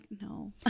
no